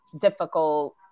difficult